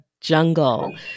jungle